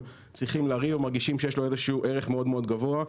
צריכים לריב ומרגישים שיש לו איזה שהוא ערך מאוד גבוה,